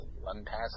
one-pass